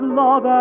love